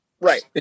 right